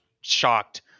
shocked